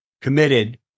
committed